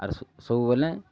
ଆର୍ ସବୁବେଲେ